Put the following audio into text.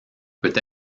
peut